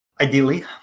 Ideally